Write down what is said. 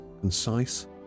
concise